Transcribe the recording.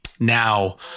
Now